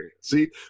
see